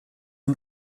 and